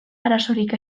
arazorik